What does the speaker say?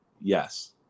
yes